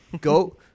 go